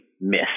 miss